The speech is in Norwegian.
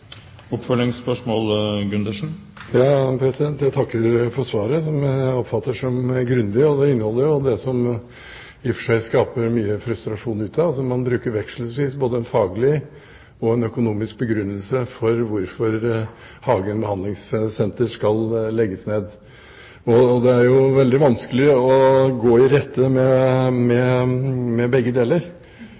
Jeg takker for svaret, som jeg oppfatter som grundig. Det inneholder jo det som i og for seg skaper mye frustrasjon ute: Man bruker vekselvis en faglig og en økonomisk begrunnelse for hvorfor Hagen behandlingssenter skal legges ned, og det er veldig vanskelig å gå i rette med begge deler.